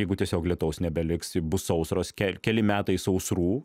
jeigu tiesiog lietaus nebeliks bus sausros kel keli metai sausrų